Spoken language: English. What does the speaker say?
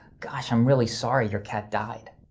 gosh, i'm really sorry. your cat died.